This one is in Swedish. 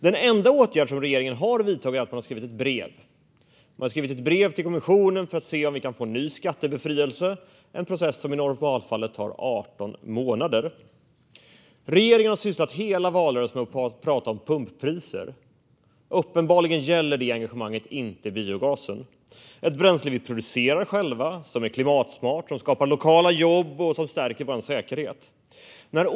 Den enda åtgärd som regeringen har vidtagit är att man har skrivit ett brev till kommissionen för att se om vi kan få ny skattebefrielse, en process som i normalfallet tar 18 månader. Regeringen har ägnat hela valrörelsen åt att prata om pumppris. Uppenbarligen gäller detta engagemang inte biogasen, ett bränsle som vi producerar själva, som är klimatsmart, som skapar lokala jobb och som stärker vår säkerhet.